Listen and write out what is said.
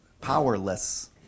powerless